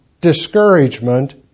discouragement